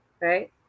Right